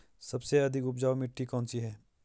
सबसे अधिक उपजाऊ मिट्टी कौन सी है?